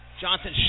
Johnson